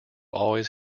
always